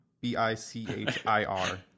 B-I-C-H-I-R